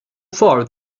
far